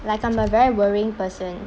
like I'm a very worrying person